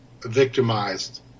victimized